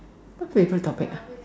what favorite topic ah